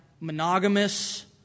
monogamous